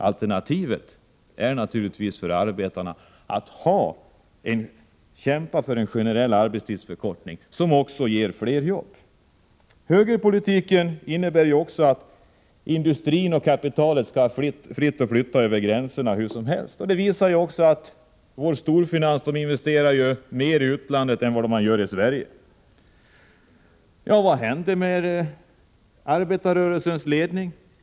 Alternativet för arbetarna är naturligtvis att kämpa för en generell arbetstidsförkortning, som också ger fler jobb. Högerpolitiken innebär också att industri och kapital fritt skall kunna flyttas över gränserna hur som helst. Vår storfinans investerar också mer i utlandet än i Sverige. Vad händer med arbetarrörelsens ledning?